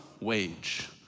wage